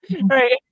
Right